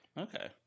Okay